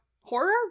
horror